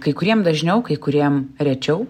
kai kuriem dažniau kai kuriem rečiau